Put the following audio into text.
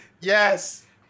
Yes